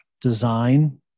Design